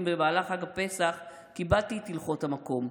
במהלך חג הפסח כיבדתי את הלכות המקום,